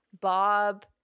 Bob